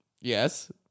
Yes